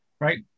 Right